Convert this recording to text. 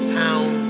town